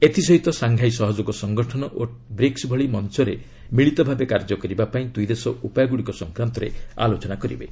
ଏଥିସହିତ ସାଙ୍ଘାଇ ସହଯୋଗ ସଂଗଠନ ଓ ବ୍ରିକ୍ସ ଭଳି ମଞ୍ଚରେ ମିଳିତଭାବେ କାର୍ଯ୍ୟ କରିବାକୁ ଦୁଇଦେଶ ଉପାୟଗୁଡ଼ିକ ସଂକ୍ରାନ୍ତରେ ଆଲୋଚନା କରିବେ